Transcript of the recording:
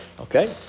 okay